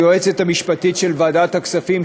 היועצת המשפטית של ועדת הכספים,